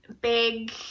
big